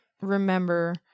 remember